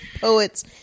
poet's